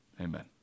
Amen